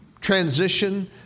transition